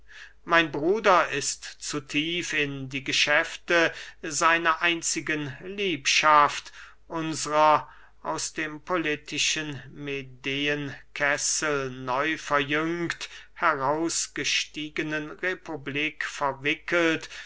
mein bruder ist zu tief in die geschäfte seiner einzigen liebschaft unsrer aus dem politischen medeenkessel neuverjüngt herausgestiegenen republik verwickelt